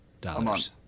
dollars